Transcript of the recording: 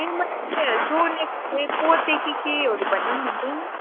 ए मैले सुनेको थिएँ पोते कि केहरू भन्ने पनि हुन्छ नि